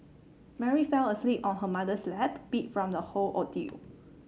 Mary fell asleep on her mother's lap beat from the whole ordeal